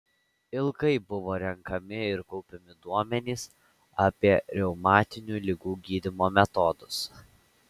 ilgai buvo renkami ir kaupiami duomenys apie reumatinių ligų gydymo metodus